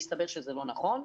מסתבר שזה לא נכון.